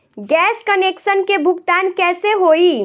Gas connection के भुगतान कैसे होइ?